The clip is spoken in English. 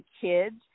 kids